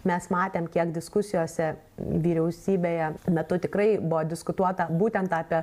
mes matėm kiek diskusijose vyriausybėje metu tikrai buvo diskutuota būtent apie